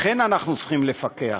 לכן אנחנו צריכים לפקח.